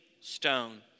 stone